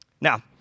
Now